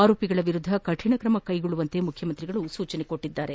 ಆರೋಪಿಗಳ ವಿರುದ್ದ ಕಠಣ ಕ್ರಮಕೈಗೊಳ್ಳುವಂತೆ ಮುಖ್ಯಮಂತ್ರಿ ಸೂಚಿಸಿದ್ದಾರೆ